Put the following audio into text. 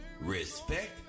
respect